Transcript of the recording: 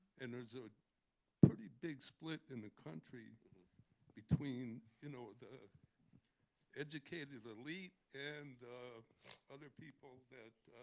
and there's a pretty big split in the country between you know the educated elite and other people that,